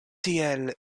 tiel